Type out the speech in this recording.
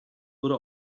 wurde